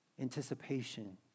anticipation